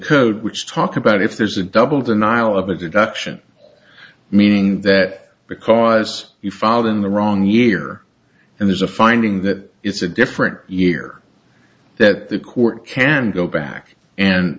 code which talk about if there's a double denial of a deduction meaning that because you filed in the wrong year and there's a finding that it's a different year that the court can go back and